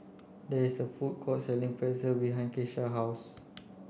there is a food court selling Pretzel behind Keisha house